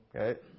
Okay